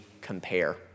compare